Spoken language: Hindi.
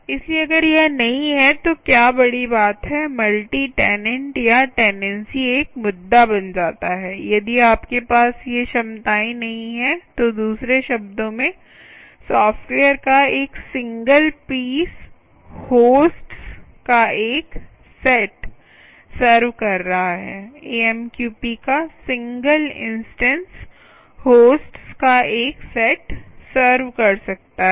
इसलिए अगर यह नहीं है तो क्या बड़ी बात है मल्टी टेनेंट या टेनेंसी एक मुद्दा बन जाता है यदि आपके पास ये क्षमताएं नहीं हैं तो दूसरे शब्दों में सॉफ्टवेयर का एक सिंगल पीस होस्ट्स का एक सेट सर्व कर रहा है AMQP का सिंगल इंस्टैंस होस्ट्स का एक सेट सर्व कर सकता है